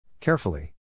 Carefully